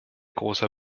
großer